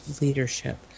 leadership